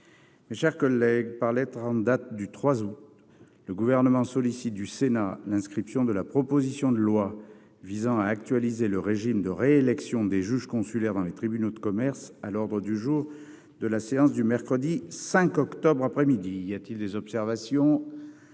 Mes chers collègues, par lettre en date du 3 août, le Gouvernement sollicite du Sénat l'inscription de la proposition de loi visant à actualiser le régime de réélection des juges consulaires dans les tribunaux de commerce à l'ordre du jour de la séance du mercredi 5 octobre 2022 après-midi. Y a-t-il des observations ?